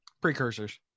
Precursors